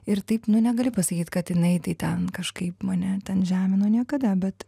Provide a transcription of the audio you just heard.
ir taip nu negali pasakyt kad jinai tai ten kažkaip mane ten žemino niekada bet